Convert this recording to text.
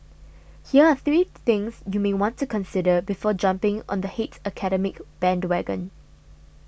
here are three things you may want to consider before jumping on the hate academic bandwagon